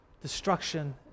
destruction